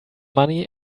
money